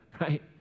right